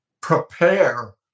prepare